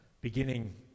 beginning